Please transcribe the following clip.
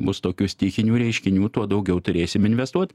bus tokių stichinių reiškinių tuo daugiau turėsim investuot